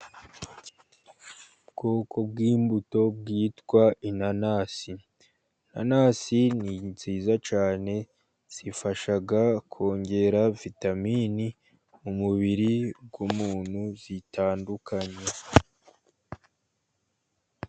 Ubwoko bw'imbuto bwitwa inanasi. Inanasi ni nziza cyane zifasha kongera vitamini mu mubiri w'umuntu zitandukanye.